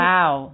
Wow